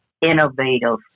innovative